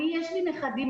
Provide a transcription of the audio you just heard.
יש לי נכדים,